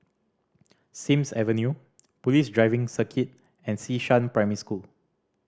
Sims Avenue Police Driving Circuit and Xishan Primary School